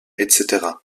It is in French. etc